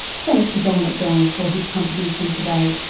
thanks to don mcdonald for his contribution today.